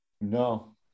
No